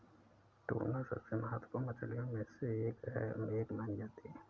tuna सबसे महत्त्वपूर्ण मछलियों में से एक मानी जाती है